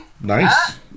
Nice